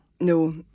No